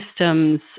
systems